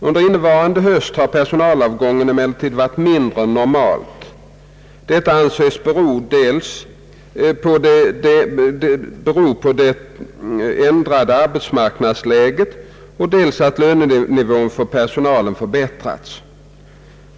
Under inneva rande höst har personalavgången emellertid varit mindre än normalt. Detta anses bero på dels det ändrade arbetsmarknadsläget dels att lönenivån för personalen förbättrats.